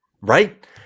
Right